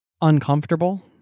uncomfortable